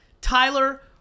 Tyler